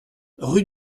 rue